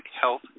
health